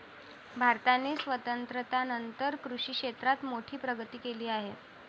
भारताने स्वातंत्र्यानंतर कृषी क्षेत्रात मोठी प्रगती केली आहे